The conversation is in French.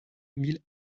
mille